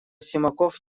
симаков